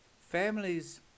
families